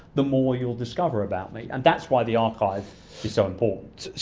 the more you'll discover about me and that's why the archive is so important.